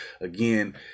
again